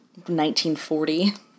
1940